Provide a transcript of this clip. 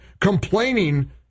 complaining